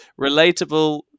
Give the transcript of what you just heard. relatable